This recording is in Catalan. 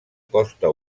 costa